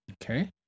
Okay